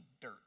dirt